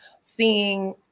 seeing